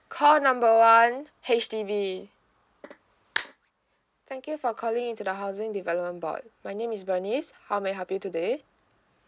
call number one H_D_B thank you for calling in to the housing development board my name is bernice how may I help you today